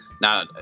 now